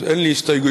אז אין לי הסתייגויות,